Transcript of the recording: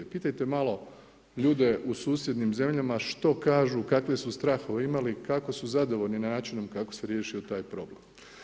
Pitajte malo ljude u susjednim zemljama što kažu kakve su strahove imali, kako su zadovoljni načinom kako se riješio taj problem.